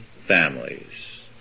families